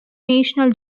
national